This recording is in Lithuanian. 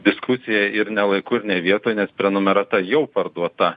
diskusija ir ne laiku ne vietoj nes prenumerata jau parduota